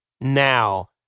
now